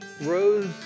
rose